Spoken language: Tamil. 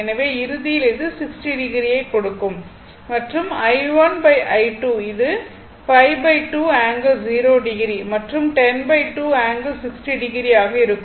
எனவே இறுதியில் இது 60o ஐக் கொடுக்கும் மற்றும் i1 i2 அது 52 ∠0o மற்றும் 102 ∠60o ஆக இருக்கும்